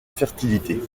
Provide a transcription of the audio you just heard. fertilité